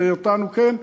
ואותנו כן.